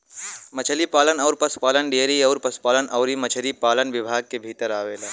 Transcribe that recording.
मछरी पालन अउर पसुपालन डेयरी अउर पसुपालन अउरी मछरी पालन विभाग के भीतर आवेला